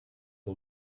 que